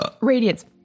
Radiance